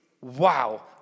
wow